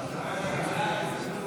נתקבלו.